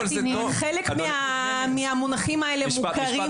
חלק מהמונחים האלה מוכרים